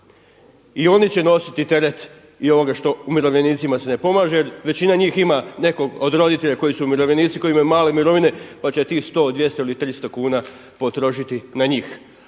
i oni će nositi teret i ovoga što umirovljenicima se ne pomaže, većina njih ima nekog od roditelja koji su umirovljenici, koji imaju male mirovine pa će tih 100, 200 ili 300 kuna potrošiti na njih.